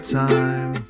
time